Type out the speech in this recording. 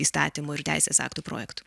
įstatymų ir teisės aktų projektų